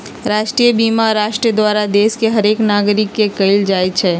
राष्ट्रीय बीमा राष्ट्र द्वारा देश के हरेक नागरिक के कएल जाइ छइ